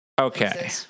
Okay